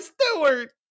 Stewart